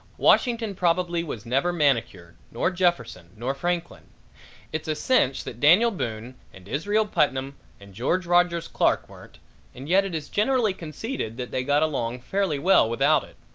washington probably was never manicured nor jefferson nor franklin it's a cinch that daniel boone and israel putnam and george rogers clark weren't and yet it is generally conceded that they got along fairly well without it.